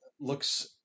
looks